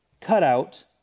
cutout